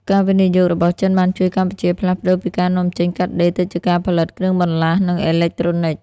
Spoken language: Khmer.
ការវិនិយោគរបស់ចិនបានជួយកម្ពុជាផ្លាស់ប្តូរពីការនាំចេញកាត់ដេរ ទៅជាការផលិតគ្រឿងបន្លាស់ និងអេឡិចត្រូនិច។